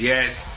Yes